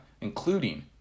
including